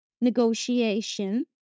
negotiation